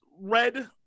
red